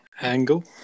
Angle